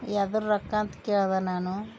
ಎದರ್ ರೊಕ್ಕ ಅಂತ ಕೇಳಿದೆ ನಾನು